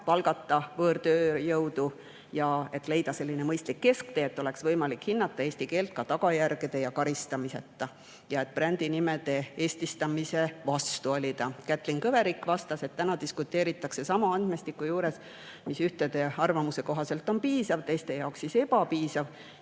palgata võõrtööjõudu ja leida mõistlik kesktee, et oleks võimalik hinnata eesti keelt ka tagajärgede ja karistamiseta. Ta oli brändinimede eestistamise vastu. Kätlin Kõverik vastas, et täna diskuteeritakse sama andmestiku juures, mis ühtede arvamuse kohaselt on piisav, teiste jaoks ebapiisav.